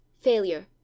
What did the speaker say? failure